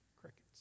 Crickets